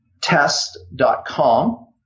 test.com